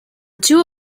two